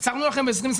עצרנו לכם ב-2021,